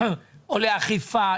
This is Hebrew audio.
או לאכיפה.